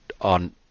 on